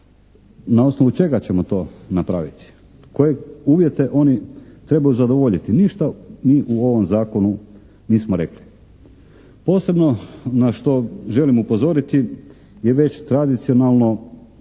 na osnovu čega ćemo to napraviti, koje uvjete oni trebaju zadovoljiti. Ništa mi u ovom Zakonu nismo rekli. Posebno na što želim upozoriti je već tradicionalno